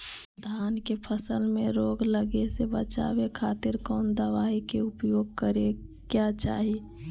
धान के फसल मैं रोग लगे से बचावे खातिर कौन दवाई के उपयोग करें क्या चाहि?